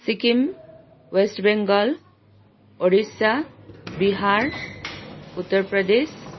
Sikkim West Bengal Odisha Bihar Uttar Pradesh